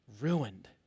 ruined